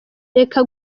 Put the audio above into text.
reka